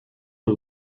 són